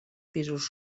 pisos